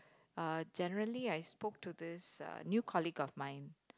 uh generally I spoke to this uh new colleague of mine